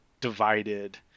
divided